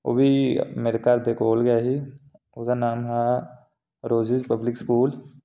उब्भी मेरे घर दे कोल गै हे ओह्दा नांऽ हा रोजी पब्लिक स्कूल